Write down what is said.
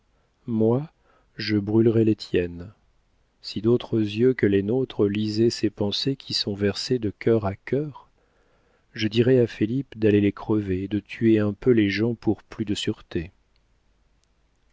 moi je brûlerai les tiennes si d'autres yeux que les nôtres lisaient ces pensées qui sont versées de cœur à cœur je dirais à felipe d'aller les crever et de tuer un peu les gens pour plus de sûreté